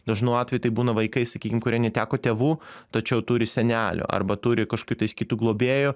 dažnu atveju tai būna vaikai sakykim kurie neteko tėvų tačiau turi senelių arba turi kažkokių tais kitų globėjų